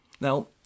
Now